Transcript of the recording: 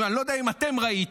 אני לא יודע אם אתם ראיתם,